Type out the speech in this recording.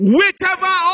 whichever